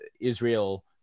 israel